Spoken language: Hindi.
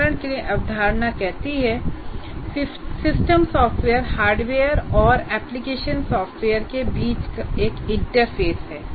उदाहरण के लिए अवधारणा कहती है सिस्टम सॉफ़्टवेयर हार्डवेयर और एप्लिकेशन सॉफ़्टवेयर के बीच एक इंटरफ़ेस है